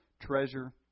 treasure